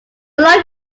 roll